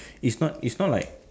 it's not it's not like